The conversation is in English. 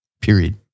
period